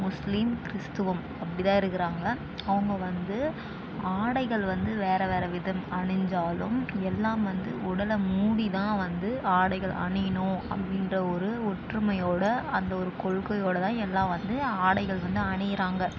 முஸ்லீம் கிறிஸ்துவம் அப்படித்தான் இருக்கிறாங்க அவங்க வந்து ஆடைகள் வந்து வேறு வேறு விதம் அணித்தாலும் எல்லாம் வந்து உடலை மூடிதான் வந்து ஆடைகள் அணியணும் அப்படின்ற ஒரு ஒற்றுமையோடு அந்த ஒரு கொள்கையோடு தான் எல்லாம் வந்து ஆடைகள் வந்து அணிகிறாங்க